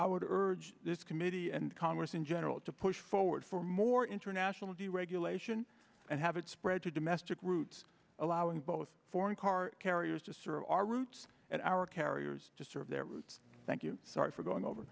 i would urge this committee and congress in general to push forward for more international deregulation and have it spread to domestic routes allowing both foreign car carriers desser our routes and our carriers to serve their routes thank you sorry for going over